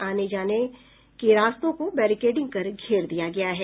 आने जाने के रास्तों को बैरिकेडिंग कर घेर दिया गया है